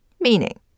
meaning